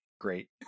great